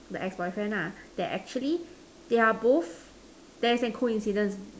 the ex boyfriend nah there actually they are both there is an coincidence